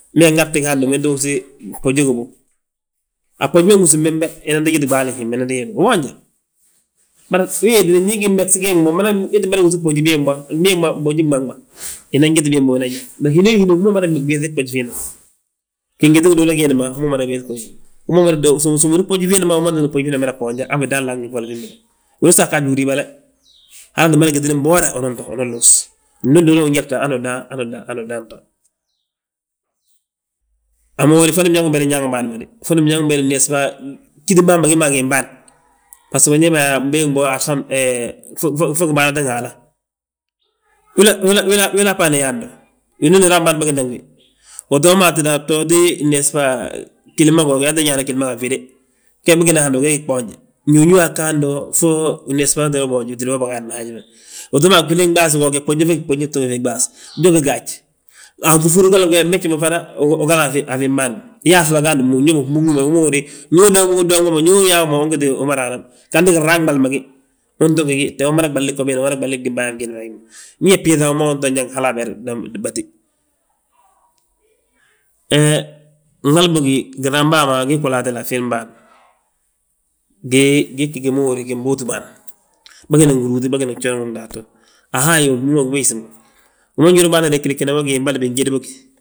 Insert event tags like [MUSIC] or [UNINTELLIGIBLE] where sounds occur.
Ma nŋati fi hando into wúsi fbogi gobo, a fnbogi ma uwúsin bembe unan to jeti ɓaali hemma unan gí hemme, ubooju. [NOISE] Bari we wéeti ndi gimmegsi gee mo ii tti mada wúsi, boji béebo, mbee bo bojin ɓaŋ ma, inan jeti bogim bo [NOISE] mee hinoo hini ndu umada megesini fboji fiindi ma gingiti giduulu giindi ma, uma mada megesi boji fiindi ma; Hú ma mada suumidi fboji fiindi ma, umada tínga boji fiindi ma mada boonja, a fii dan laŋ ngi folla fembele, [NOISE] wiloosi aa ggaj uriibale, [NOISE] hanu umada gitini mbooda unan to unan luus, nduduulu unyalte hanu udan, hanu udan to, [NOISE] a mo we fondi, biñaŋ [UNINTELLIGIBLE] bân ma de, bondi biñaŋ nesba, ggítim bâan ma gí mo a giim bâan, baso be yaa beeg bo asan [HESITATION] fo gibaratin Haala. Wilaa bâan yaande, winooni raa bâan bâgina ngi wi, uto mo hatíde a btooti, nesba, gilima goo ge, yente nyaana gilima a fwéde, ge ndu ugi mo ge gi gboonje. ñuñuu waa gga hando, fo nesba wentele uboonji utída wee wi bâgaadna hando. Utoo mo a gwili ɓaas go, fboji fe, fe gí fboji, fŧuuti ɓaas ndi gi gaaj. A gi furi golla ge, mmejo ma fana wi gada a gada a fiim bân ma, yaaŧi ga hando mo, uñóbu wi ma, wi ma húri ndu udondoŋu mo ndu uyaa mo, ungiti wi ma raa nan. Ganti ginraa gmali ma gi, unto gegi, umada ɓali bgo biindi ma umada ɓali gdinbayaa bigiidi ma a wi ma, ñe bbiiŧa wi ma unto ñaŋi hala aber, batí. He gmali bógi, giraam bàa ma gii goliyaatale a ffilim bâan ma, gii gí gi ma húri yaa gin bóotin bâan, bâgina ngi rúuti, bâgina ngi joraŋ ma gdaatu, a haayi yo, [UNINTELLIGIBLE] wi ma bân yori regiregina we gí mboli binjedi bógi.